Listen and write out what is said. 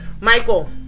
Michael